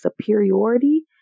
superiority